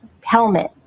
helmet